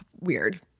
weird